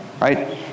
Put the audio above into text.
right